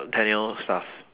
daniel stuff